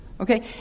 Okay